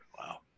Wow